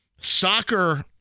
soccer